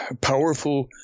powerful